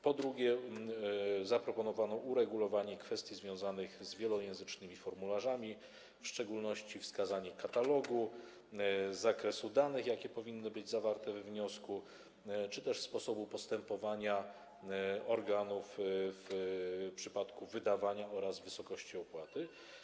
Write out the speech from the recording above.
Po drugie, zaproponowano uregulowanie kwestii związanych z wielojęzycznymi formularzami, w szczególności wskazanie katalogu, zakresu danych, jakie powinny być zawarte we wniosku, czy też sposobu postępowania organów w przypadku wydawania oraz wysokości opłaty.